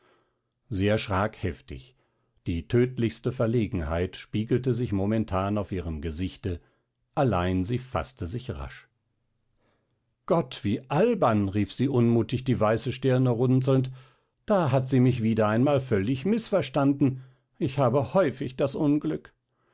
sie erschrak heftig die tödlichste verlegenheit spiegelte sich momentan auf ihrem gesichte allein sie faßte sich rasch gott wie albern rief sie unmutig die weiße stirne runzelnd da hat sie mich wieder einmal völlig mißverstanden ich habe häufig das unglück